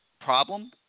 problem